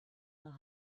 nach